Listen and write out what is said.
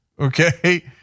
Okay